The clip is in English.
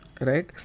Right